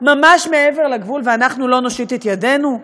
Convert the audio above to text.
ממש מעבר לגבול ואנחנו לא נושיט את ידנו.